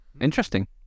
interesting